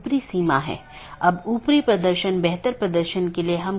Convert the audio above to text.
एक अन्य अवधारणा है जिसे BGP कंफेडेरशन कहा जाता है